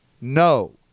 no